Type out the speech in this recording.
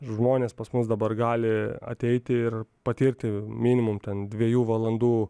žmonės pas mus dabar gali ateiti ir patirti minimum ten dviejų valandų